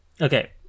Okay